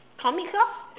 comics lor